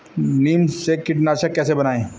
नीम से कीटनाशक कैसे बनाएं?